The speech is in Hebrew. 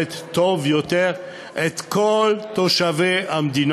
לשרת טוב יותר את כל תושבי המדינה.